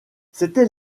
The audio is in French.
c’était